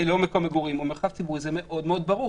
מגורים הוא מרחב ציבורי, זה מאוד מאוד ברור.